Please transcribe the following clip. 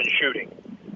shooting